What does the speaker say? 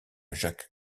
jacques